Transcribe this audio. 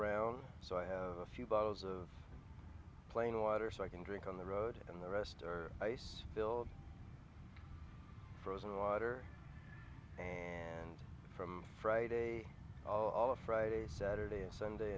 around so i have a few bottles of plain water so i can drink on the road and the rest are ice filled frozen water and from friday all of friday saturday and sunday